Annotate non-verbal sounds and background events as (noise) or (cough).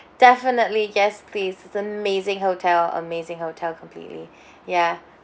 definitely yes please it's an amazing hotel amazing hotel completely (breath) ya